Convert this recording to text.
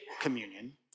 communion